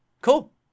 cool